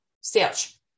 search